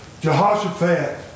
Jehoshaphat